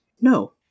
No